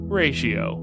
ratio